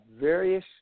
various